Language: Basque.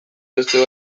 beste